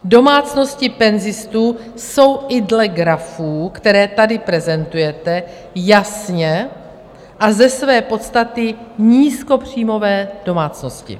Domácnosti penzistů jsou i dle grafů, které tady prezentujete, jasně a ze své podstaty nízkopříjmové domácnosti.